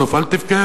בסוף: אל תבכה,